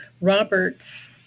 Robert's